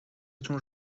تون